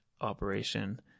operation